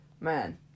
man